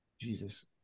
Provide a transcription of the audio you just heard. Jesus